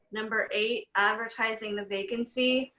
number eight, advertising the vacancy,